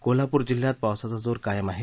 कोल्हापूर जिल्ह्यात पावसाचा जोर कायम आहे